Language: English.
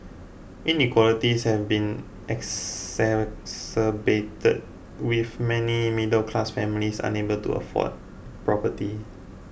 inequalities have been exacerbated with many middle class families unable to afford property